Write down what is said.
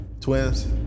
twins